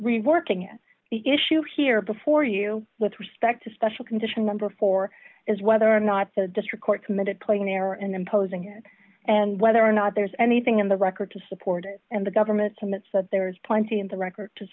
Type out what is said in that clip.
reworking and the issue here before you with respect to special condition number four is whether or not the district court committed plain error in imposing it and whether or not there's anything in the record to support it and the government commits that there is plenty in the record to